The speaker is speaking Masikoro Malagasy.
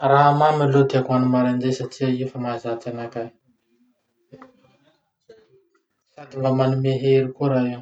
Raha mamy aloha tiako hany maraindray satria io fa mahazatry anakahy sady mba manome hery koa raha io.